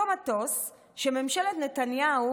אותו מטוס שממשלת נתניהו